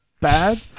bad